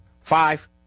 Five